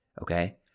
okay